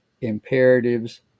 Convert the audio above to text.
imperatives